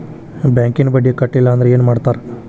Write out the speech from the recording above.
ಬ್ಯಾಂಕಿನ ಬಡ್ಡಿ ಕಟ್ಟಲಿಲ್ಲ ಅಂದ್ರೆ ಏನ್ ಮಾಡ್ತಾರ?